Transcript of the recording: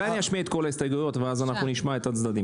על הארגז, איפה שיש את המחיר.